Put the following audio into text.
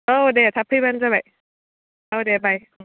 औ दे थाब फैब्लानो जाबाय औ दे बाय